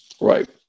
Right